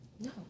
No